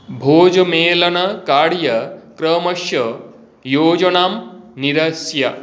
भोजमेलनकार्यक्रमस्य योजनां निरस्य